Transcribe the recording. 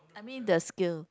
I mean the skill